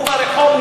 הוא ברחוב,